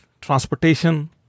transportation